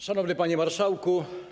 Szanowny Panie Marszałku!